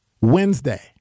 Wednesday